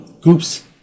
groups